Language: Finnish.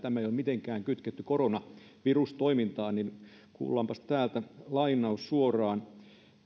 tätä ei ole mitenkään kytketty koronavirustoimintaan niin kuullaanpas täältä lainauksia suoraan